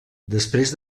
després